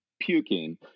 puking